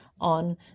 on